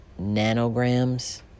nanograms